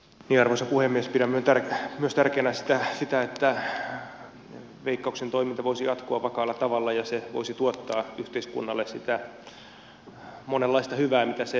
pidän myös tärkeänä sitä että veikkauksen toiminta voisi jatkua vakaalla tavalla ja se voisi tuottaa yhteiskunnalle sitä monenlaista hyvää mitä se aikaansaa